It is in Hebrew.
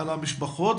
המשפחות,